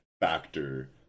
factor